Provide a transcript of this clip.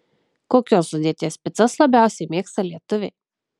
kokios sudėties picas labiausiai mėgsta lietuviai